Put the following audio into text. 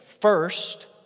first